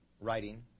writing